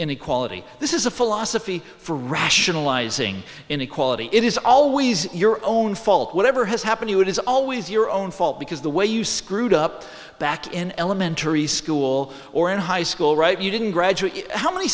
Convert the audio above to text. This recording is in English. inequality this is a philosophy for rationalizing inequality it is always your own fault whatever has happened you it is always your own fault because the way you screwed up back in elementary school or in high school right you didn't graduate how many